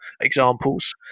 examples